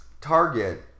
Target